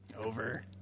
Over